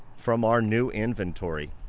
from our new inventory.